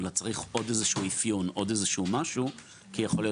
וצריך עוד איזשהו אפיון כי יכול להיות